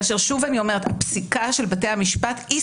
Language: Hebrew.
כאשר שוב אני אומרת הפסיקה של בית המשפט היא